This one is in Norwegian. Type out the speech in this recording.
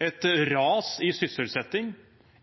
et ras i sysselsettingen